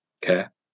care